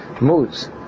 moods